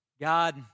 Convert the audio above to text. God